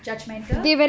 judgemental